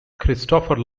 christopher